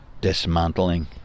dismantling